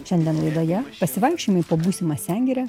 šiandien laidoje pasivaikščiojimai po būsimą sengirę